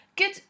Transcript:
good